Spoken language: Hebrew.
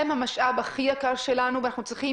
הם המשאב הכי יקר שלנו ואנחנו צריכים